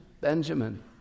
Benjamin